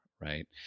Right